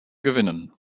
gewinnen